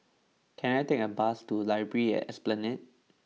can I take a bus to library at Esplanade